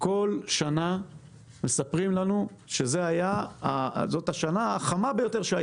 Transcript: בכל שנה מספרים שזו השנה החמה ביותר,